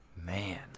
Man